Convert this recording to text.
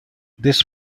this